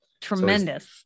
Tremendous